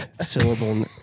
syllable